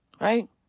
Right